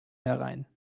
herein